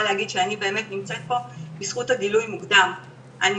גם במניעה אבל אנחנו גם בגילוי מוקדם של שני